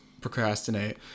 procrastinate